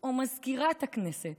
או "מזכירת הכנסת",